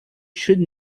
should